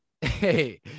Hey